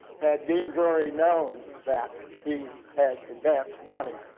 had dean drewry known that he had advanced warning,